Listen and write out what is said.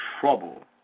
trouble